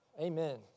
Amen